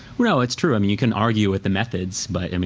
well, it's true. i mean, you can argue with the methods but i mean,